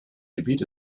gebiet